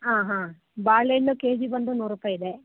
ಹಾಂ ಹಾಂ ಬಾಳೆಹಣ್ಣು ಕೆಜಿ ಬಂದು ನೂರು ರೂಪಾಯಿ ಇದೆ